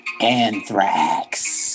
Anthrax